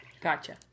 Gotcha